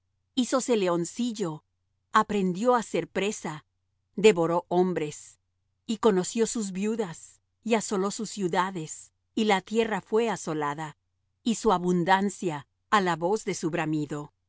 los leones hízose leoncillo aprendió á hacer presa devoró hombres y conoció sus viudas y asoló sus ciudades y la tierra fué asolada y su abundancia á la voz de su bramido